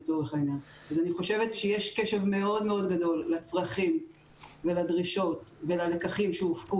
יש קשב מאוד גדול לצרכים ולדרישות וללקחים שהופקו